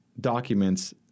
documents